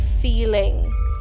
feeling